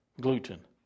gluten